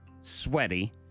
Sweaty